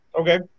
Okay